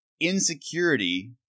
insecurity